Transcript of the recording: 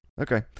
Okay